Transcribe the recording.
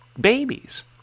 babies